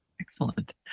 Excellent